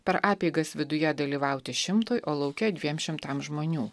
per apeigas viduje dalyvauti šimtui o lauke dviem šimtams žmonių